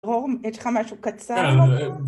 רורם, יש לך משהו קצר?